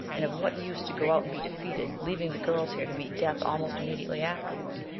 and of what use to go out and be defeated, leaving the girls here to meet death almost immediately afterward?